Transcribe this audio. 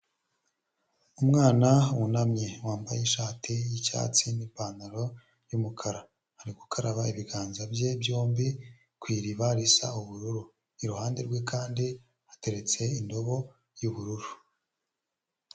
Umwana wunamye wambaye ishati y'icyatsi n'ipantaro y'umukara, ari gukaraba ibiganza bye byombi ku iriba risa ubururu, iruhande rwe kandi hateretse indobo y'ubururu.